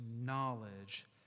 knowledge